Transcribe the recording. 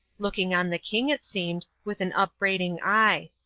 looking on the king, it seemed, with an upbraiding eye.